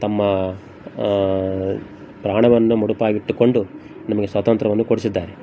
ತಮ್ಮ ಪ್ರಾಣವನ್ನು ಮುಡುಪಾಗಿಟ್ಟುಕೊಂಡು ನಮಗೆ ಸ್ವಾತಂತ್ರ್ಯವನ್ನು ಕೊಡಿಸಿದ್ದಾರೆ